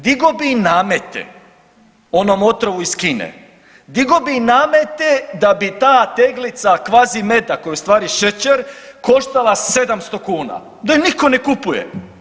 Digao bi namete onom otrovu iz Kine, digao bi namete da bi ta teglica kvazimeda koji je ustvari šećer koštala 700 kuna, da je nitko ne kupuje.